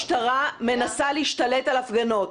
המשטרה מנסה להשתלט על הפגנות.